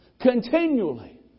continually